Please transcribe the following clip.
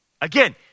Again